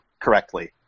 correctly